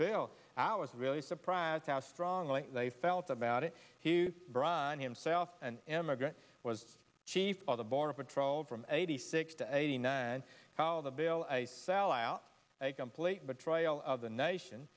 bail hours really surprised how strongly they felt about it hugh bryan himself an immigrant was chief of the border patrol from eighty six to eighty nine how the bill a sellout a complete betrayal of the nation